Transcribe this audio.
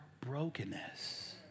brokenness